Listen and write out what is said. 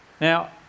Now